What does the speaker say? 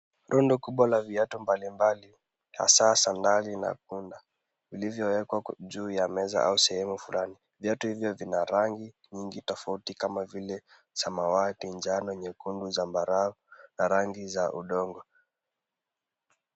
Rundo kubwa la viatu mbali mbali hasa sandali na punda vilivyowekwa juu ya meza au sehemu fulani. Viatu hivyo vina rangi nyingi tafauti nyingi kama vile samawati, njano, nyekundu, zambarau na rangi za udongo.